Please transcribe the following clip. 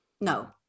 No